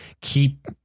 keep